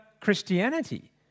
Christianity